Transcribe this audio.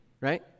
right